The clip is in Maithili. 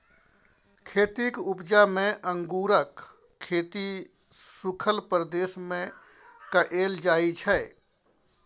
खेतीक उपजा मे अंगुरक खेती सुखल प्रदेश मे कएल जाइ छै